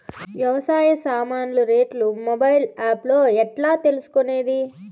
వ్యవసాయ సామాన్లు రేట్లు మొబైల్ ఆప్ లో ఎట్లా తెలుసుకునేది?